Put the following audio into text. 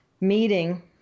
meeting